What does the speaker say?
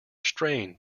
strained